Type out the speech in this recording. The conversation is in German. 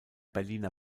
berliner